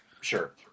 Sure